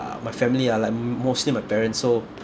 my family ah mostly my parents so